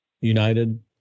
United